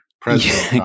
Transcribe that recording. President